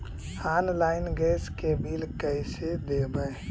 Online gas के bill कैसे देबै?